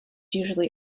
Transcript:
usually